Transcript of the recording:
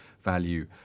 value